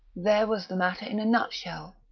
there was the matter in a nutshell.